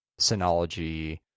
Synology